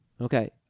Okay